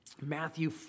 Matthew